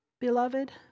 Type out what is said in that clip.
beloved